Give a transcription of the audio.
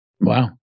Wow